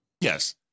Yes